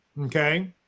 okay